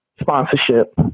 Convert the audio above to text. sponsorship